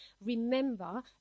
Remember